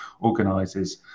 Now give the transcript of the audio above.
organises